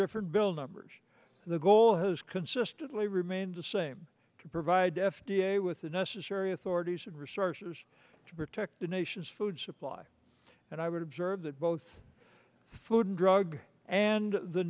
different bill numbers the goal has consistently remained the same to provide f d a the necessary authorities and resources to protect the nation's food supply and i would observe that both food and drug and the